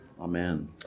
Amen